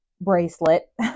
bracelet